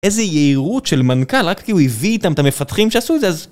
איזה יהירות של מנככ"ל, רק כי הוא הביא איתם את המפתחים שעשו את זה, אז...